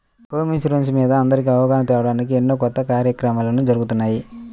home insurance మీద అందరికీ అవగాహన తేవడానికి ఎన్నో కొత్త కార్యక్రమాలు జరుగుతున్నాయి